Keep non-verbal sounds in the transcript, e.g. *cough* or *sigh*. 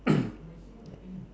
*coughs*